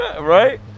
Right